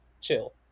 chill